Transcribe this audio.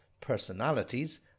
personalities